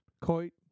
Coit